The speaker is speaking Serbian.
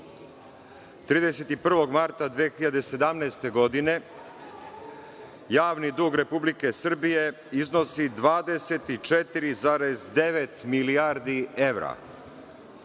31. marta 2017. godine javni dug Republike Srbije iznosi 24,9 milijardi evra.